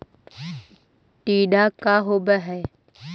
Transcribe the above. टीडा का होव हैं?